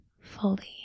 fully